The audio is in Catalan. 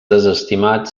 desestimat